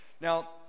Now